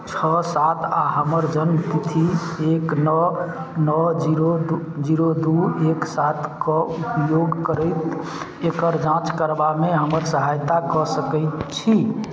छओ सात आओर हमर जनमतिथि एक नओ नओ जीरो जीरो दुइ एक सातके उपयोग करैत एकर जाँच करबामे हमर सहायता कऽ सकै छी